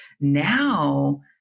Now